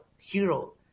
hero